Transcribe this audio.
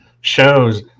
Shows